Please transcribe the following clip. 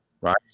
Right